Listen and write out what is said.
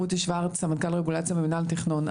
רותי שוורץ, סמנכ"ל רגולציה במינהל התכנון.